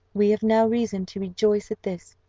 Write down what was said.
we have now reason to rejoice at this,